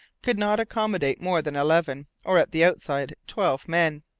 could not accommodate more than eleven or, at the outside, twelve men.